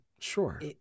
sure